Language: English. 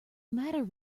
matter